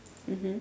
mmhmm